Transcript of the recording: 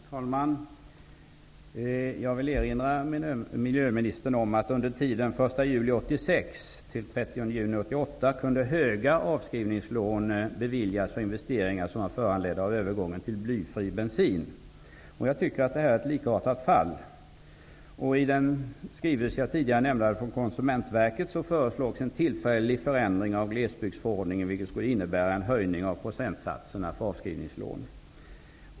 Herr talman! Jag vill erinra miljöministern om att under tiden den 1 juli 1986 till den 30 juni 1988 kunde höga avskrivningslån beviljas för investeringar som var föranledda av övergången till blyfri bensin. Jag tycker detta är ett likartat fall. I den skrivelse som jag tidigare nämnde från Konsumentverket föreslås också en tillfällig förändring av glesbygdsförordningen, vilket skulle innebära en höjning av procentsatserna för avskrivningslån.